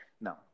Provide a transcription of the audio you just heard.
no